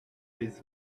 les